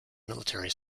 military